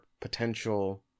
potential